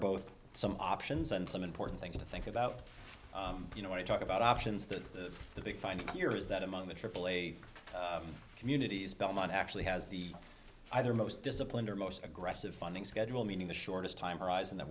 both some options and some important things to think about you know when i talk about options the the big find here is that among the aaa communities belmont actually has the either most disciplined or most aggressive funding schedule meaning the shortest time horizon that